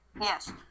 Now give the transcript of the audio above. Yes